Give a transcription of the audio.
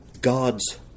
God's